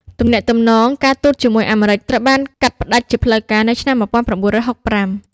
ទំនាក់ទំនងការទូតជាមួយអាមេរិកត្រូវបានកាត់ផ្តាច់ជាផ្លូវការនៅឆ្នាំ ១៩៦៥។